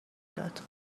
داد